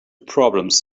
problems